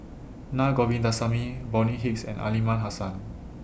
Naa Govindasamy Bonny Hicks and Aliman Hassan